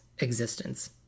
existence